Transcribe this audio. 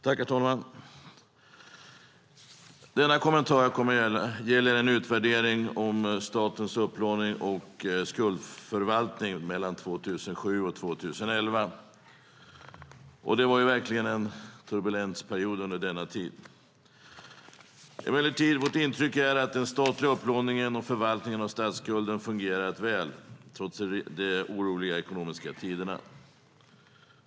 Herr talman! Den här kommentaren gäller en utvärdering av statens upplåning och skuldförvaltning mellan 2007 och 2011. Det var verkligen en turbulent period. Vårt intryck är emellertid att den statliga upplåningen och förvaltningen av statsskulden fungerat väl trots de oroliga ekonomiska tiderna.